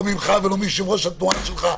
לא ממך ולא מיושב-ראש התנועה שלך,